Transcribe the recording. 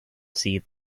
see